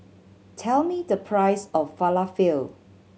tell me the price of Falafel